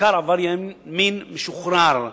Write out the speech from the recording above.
בעיקר עבריין מין משוחרר.